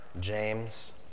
James